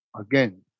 again